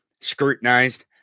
scrutinized